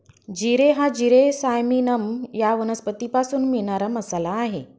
जिरे हा जिरे सायमिनम या वनस्पतीपासून मिळणारा मसाला आहे